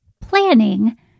planning